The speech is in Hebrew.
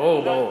ברור, ברור.